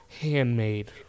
Handmade